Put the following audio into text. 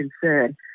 concern